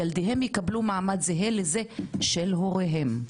ילדיהם יקבלו מעמד זהה לזה של הוריהם".